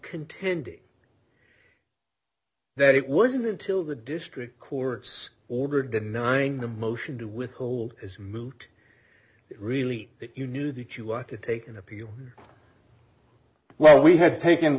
contending that it wasn't until the district court's order denying the motion to withhold is moot really that you knew that you want to take an appeal well we had taken